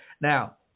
Now